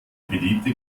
beliebte